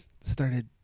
started